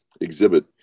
exhibit